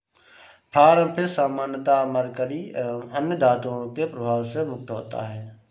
farm fish सामान्यतः mercury एवं अन्य धातुओं के प्रभाव से मुक्त होता है